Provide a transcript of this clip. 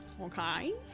Okay